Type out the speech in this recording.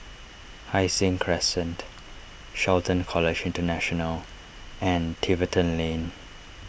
Hai Sing Crescent Shelton College International and Tiverton Lane